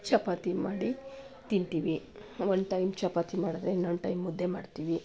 ಚಪಾತಿ ಮಾಡಿ ತಿಂತೀವಿ one time ಚಪಾತಿ ಮಾಡಿದ್ರೆ ಇನ್ನೊಂದು ಟೈಮ್ ಮುದ್ದೆ ಮಾಡ್ತೀವಿ